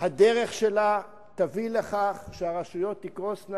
שהדרך שלה תביא לכך שהרשויות תקרוסנה,